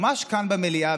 ממש כאן במליאה,